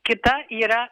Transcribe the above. kita yra